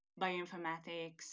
bioinformatics